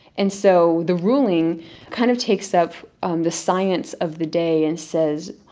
and so the ruling kind of takes up um the science of the day and says,